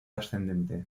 ascendente